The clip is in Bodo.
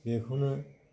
बेखौनो